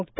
म्क्त